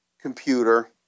computer